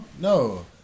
No